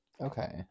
okay